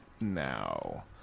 now